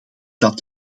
dat